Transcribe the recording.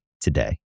today